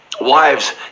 Wives